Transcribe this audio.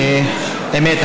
שהאמת,